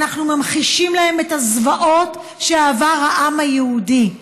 אנחנו ממחישים להם את הזוועות שעבר העם היהודי.